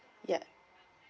ya